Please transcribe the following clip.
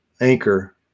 anchor